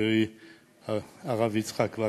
חברי הרב יצחק וקנין,